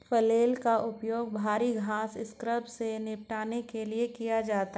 flail का उपयोग भारी घास स्क्रब से निपटने के लिए किया जाता है